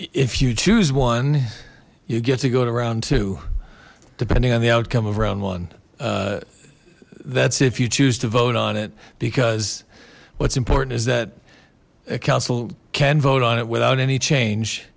if you choose one you get to go to round two depending on the outcome of round one that's if you choose to vote on it because what's important is that a council can vote on it without any change